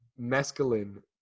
mescaline